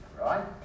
right